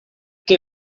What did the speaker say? qué